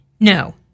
No